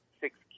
six